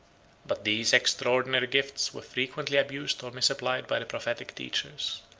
but these extraordinary gifts were frequently abused or misapplied by the prophetic teachers.